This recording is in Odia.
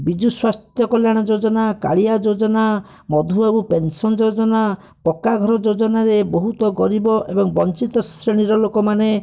ବିଜୁ ସ୍ୱାସ୍ଥ୍ୟ କଲ୍ୟାଣ ଯୋଜନା କାଳିଆ ଯୋଜନା ମଧୁବାବୁ ପେନ୍ସନ୍ ଯୋଜନା ପକ୍କାଘର ଯୋଜନାରେ ବହୁତ ଗରିବ ଏବଂ ବଞ୍ଚିତ ଶ୍ରେଣୀର ଲୋକମାନେ